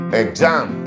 exam